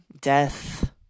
death